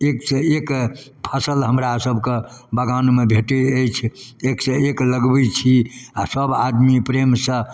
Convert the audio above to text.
एकसँ एक फसिल हमरा सभके बगानमे भेटै अछि एकसँ एक लगबै छी आओर सब आदमी प्रेमसँ